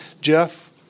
Jeff